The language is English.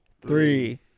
three